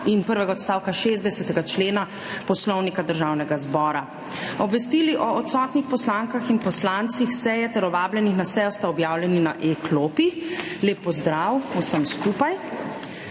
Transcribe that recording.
in prvega odstavka 60. člena Poslovnika Državnega zbora. Obvestili o odsotnih poslankah in poslancih seje ter o vabljenih na sejo sta objavljeni na e-klopi. Lep pozdrav vsem skupaj!